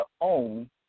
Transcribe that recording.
own